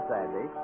Sandy